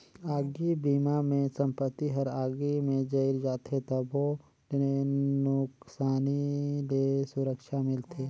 आगी बिमा मे संपत्ति हर आगी मे जईर जाथे तबो ले नुकसानी ले सुरक्छा मिलथे